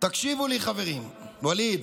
תקשיבו לי, חברים, ווליד.